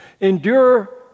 Endure